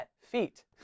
Feet